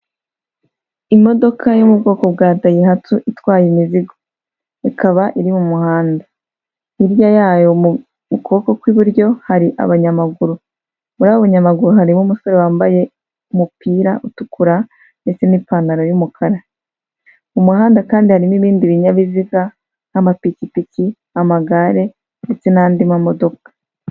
Imodoka yo mu bwoko bwa dayihastu itwaye imizigo ikaba iri mu muhanda hirya yayo mu kuboko kw'iburyo hari abanyamaguru muri abo banyamaguru harimo umusore wambaye umupira utukura ndetse n'ipantaro y'umukara mu muhanda kandi harimo ibindi binyabiziga nk'amapikipiki, amagare ndetse n'andi mamodoka.